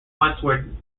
westwood